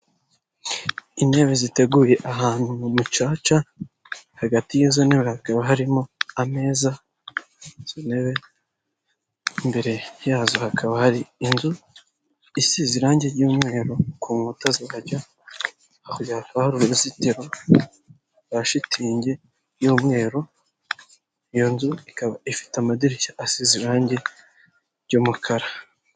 Ahacururizwa ibikoresho byo mu nzu. Muri ibyo bikoresho harimo intebe ndetse n'ameza.